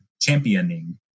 championing